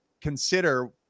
consider